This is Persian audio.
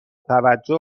توجه